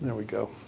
and we go.